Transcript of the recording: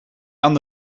aan